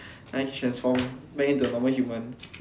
like I can transform back into a normal human